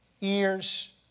Ears